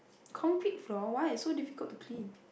concrete floor why is so difficult to clean